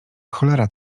cholera